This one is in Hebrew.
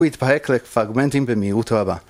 הוא התפהק לפרגמנטים במהירות רבה